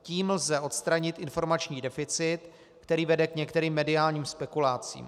Tím lze odstranit informační deficit, který vede k některým mediálním spekulacím.